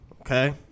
okay